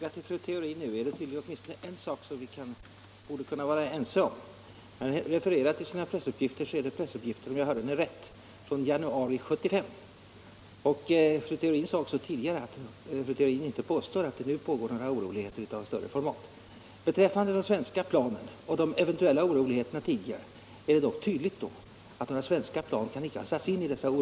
Herr talman! Efter att ha lyssnat noga till fru Theorin vill jag säga att vi borde vara ense om en sak. Om jag hörde rätt var de pressuppgifter som fru Theorin refererade från januari 1975. Fru Theorin sade också tidigare att hon inte påstår att det nu pågår några oroligheter av större format. Vad gäller de svenska planen och de tidigare eventuella oroligheterna är det tydligt att några sådana plan inte kan ha satts in i dessa.